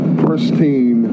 pristine